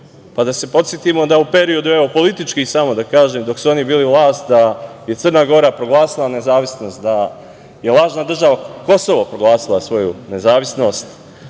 Da se podsetimo da u periodu, evo politički samo da kažem, dok su oni bili vlast da je Crna Gora proglasila nezavisnost, da je lažna država Kosovo proglasila svoju nezavisnost,